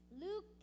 Luke